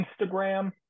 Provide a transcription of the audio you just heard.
instagram